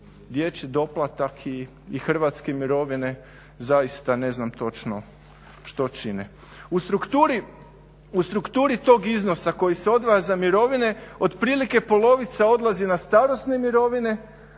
dječji doplatak i hrvatske mirovine zaista ne znam točno što čine. U strukturi tog iznosa koji se odvaja za mirovine od prilike polovica odlazi na starosne mirovine,